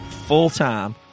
full-time